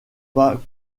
pas